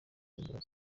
imbabazi